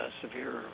severe